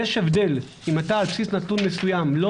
יש הבדל אם אתה על בסיס נתון מסוים לא